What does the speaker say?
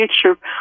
future